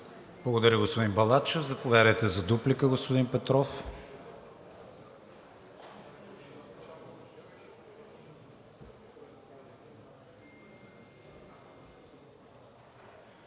Благодаря, господин Балачев. Заповядайте за дуплика, господин Петров.